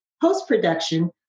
post-production